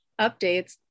updates